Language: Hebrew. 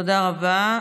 תודה רבה.